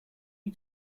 you